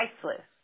priceless